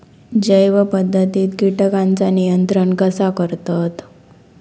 जैव पध्दतीत किटकांचा नियंत्रण कसा करतत?